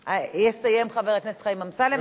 יסיים חבר הכנסת חיים אמסלם,